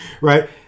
Right